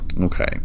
Okay